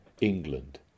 England